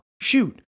shoot